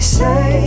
say